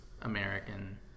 American